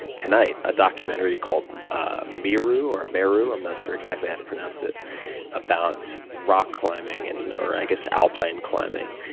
tonight, a documentary called ah miru or miru i'm not sure exactly how to pronounce it about rock climbing, and or i guess alpine climbing.